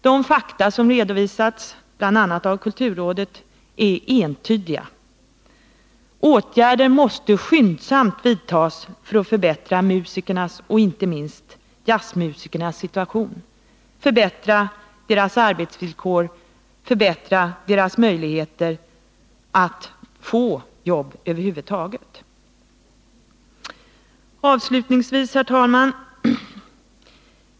De fakta som redovisats av bl.a. kulturrådet är dock entydiga: åtgärder måste skyndsamt vidtas för att förbättra musikernas, inte minst jazzmusikernas situation, deras arbetsvillkor och möjligheter att över huvud taget få jobb. Avslutningsvis, herr talman!